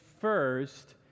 first